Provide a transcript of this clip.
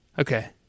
Okay